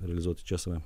realizuoti čia save